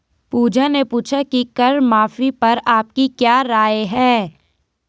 पूजा ने पूछा कि कर माफी पर आपकी क्या राय है?